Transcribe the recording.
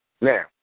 now